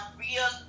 real